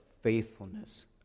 faithfulness